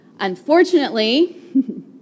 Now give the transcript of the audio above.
Unfortunately